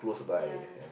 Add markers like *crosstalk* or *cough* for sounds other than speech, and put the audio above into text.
*noise* ya